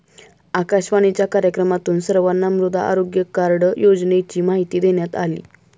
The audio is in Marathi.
आकाशवाणीच्या कार्यक्रमातून सर्वांना मृदा आरोग्य कार्ड योजनेची माहिती देण्यात आली